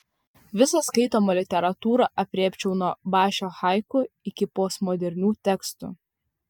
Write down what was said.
visą skaitomą literatūrą aprėpčiau nuo bašio haiku iki postmodernių tekstų